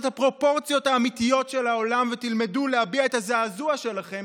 את הפרופורציות האמיתיות של העולם ותלמדו להביע את הזעזוע שלכם,